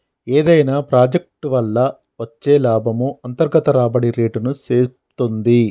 ఏదైనా ప్రాజెక్ట్ వల్ల వచ్చే లాభము అంతర్గత రాబడి రేటుని సేప్తుంది